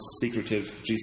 secretive